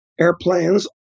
Airplanes